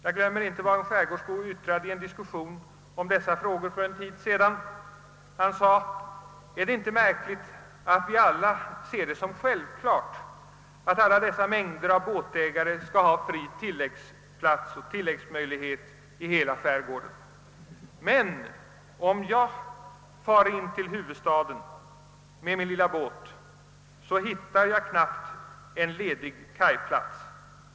Jag glömmer inte vad en skärgårdsbo yttrade i en diskussion om dessa frågor för en tid sedan: »är det inte märkligt, att vi alla ser det som självklart att alla dessa mängder av båtägare skall ha fri tilläggsplats i hela skärgården. Men om jag far in till huvudstaden med min lilla båt, så hittar jag knappt en ledig kajplats.